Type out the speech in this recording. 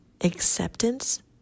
acceptance